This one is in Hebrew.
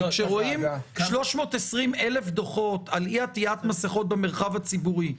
כי כשרואים 320,000 דוחות על אי עטית מסיכות במרחב הציבורי,